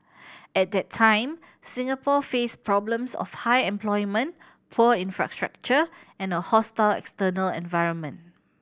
at that time Singapore faced problems of high unemployment poor infrastructure and a hostile external environment